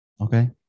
Okay